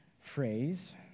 phrase